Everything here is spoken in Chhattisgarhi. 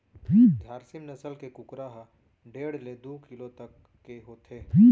झारसीम नसल के कुकरा ह डेढ़ ले दू किलो तक के होथे